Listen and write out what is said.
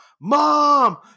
mom